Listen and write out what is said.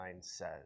says